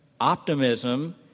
optimism